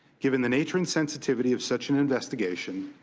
given the nature and sensitivity of such an investigation,